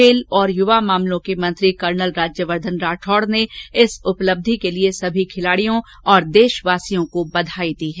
खेल और यूवा मामलों के मंत्री कर्नल राज्यवर्द्वन राठौड़ ने इस उपलब्धि के लिए समी खिलाड़ियों और देशवासियों को बघाई दी है